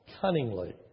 cunningly